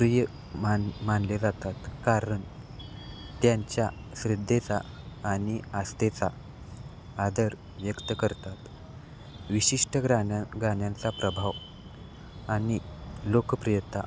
प्रिय मान मानले जातात कारण त्यांच्या श्रद्धेचा आणि आस्थेचा आदर व्यक्त करतात विशिष्ट ग्रान्या गाण्यांचा प्रभाव आणि लोकप्रियता